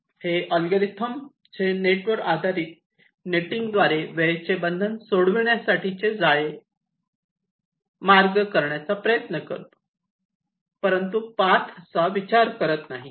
हे अल्गोरिदमचे नेटवर आधारित नेटिंगद्वारे वेळेचे बंधन सोडविण्यासाठी जाळे मार्ग करण्याचा प्रयत्न करतो परंतु पाथ चा विचार करत नाही